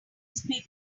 this